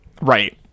right